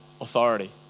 authority